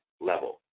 level